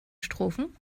strophen